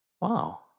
wow